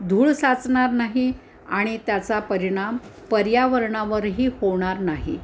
धूळ साचणार नाही आणि त्याचा परिणाम पर्यावरणा वरही होणार नाही